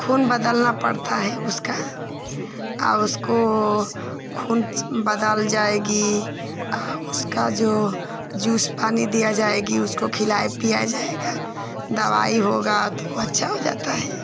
खून बदलना पड़ता है उसका उसको खून बदल जाएगा अब उसका जो जूस पानी दिया जाएगा उसको खिलाया पिलाया जाएगा दवाई होगी तो अच्छा हो जाता है